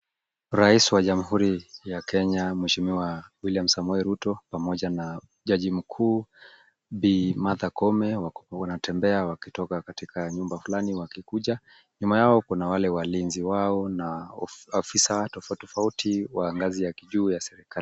Rais wa Jamhuri ya Kenya mheshimiwa William Samoei Ruto pamoja na jaji mkuu Bi. Martha Koome wanatembea wakitoka katika nyumba fulani wakikuja. Nyuma yao kuna wale walinzi wao na afisa tofauti tofauti wa ngazi ya kijuu ya serikali.